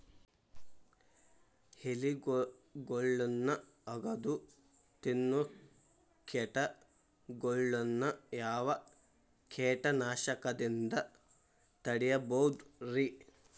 ಎಲಿಗೊಳ್ನ ಅಗದು ತಿನ್ನೋ ಕೇಟಗೊಳ್ನ ಯಾವ ಕೇಟನಾಶಕದಿಂದ ತಡಿಬೋದ್ ರಿ?